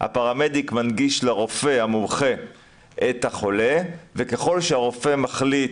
הפרמדיק מנגיש לרופא המומחה את החולה וככל שהרופא מחליט